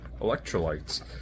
Electrolytes